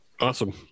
awesome